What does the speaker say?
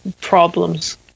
problems